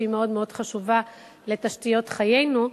שהיא מאוד-מאוד חשובה לתשתיות חיינו,